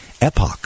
epoch